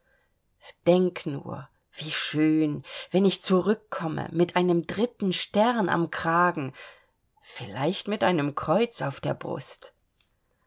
denk nur wie schön wenn ich zurückkomme mit einem dritten stern am kragen vielleicht mit einem kreuz auf der brust